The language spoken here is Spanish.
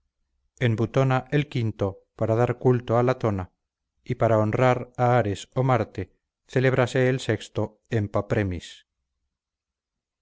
en butona el quinto para dar culto a latona y para honrar a ares o marte celébrase el sexto en papremis